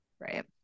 right